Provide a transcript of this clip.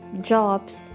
jobs